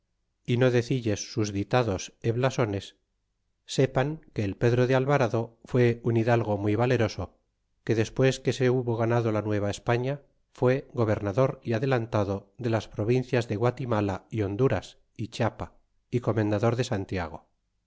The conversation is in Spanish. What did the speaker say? y no decilles sus ditados é blasones sepan que el pedro de alvarado fué un hidalgo muy valeroso que despues que se hubo ganado la nueva españa fué gobernador y adelantado de las provincias de guatimala honduras y chiapa y comendador de santiago